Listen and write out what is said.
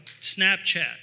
snapchat